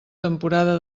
temporada